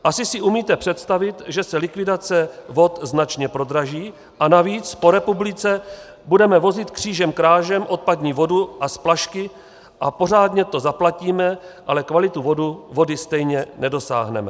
Asi si umíte představit, že se likvidace vod značně prodraží a navíc po republice budeme vozit křížem krážem odpadní vodu a splašky a pořádně to zaplatíme, ale kvalitu vody stejně nedosáhneme.